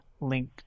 link